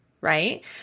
right